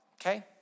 okay